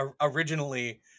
originally